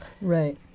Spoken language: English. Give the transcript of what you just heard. Right